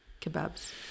Kebabs